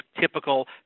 typical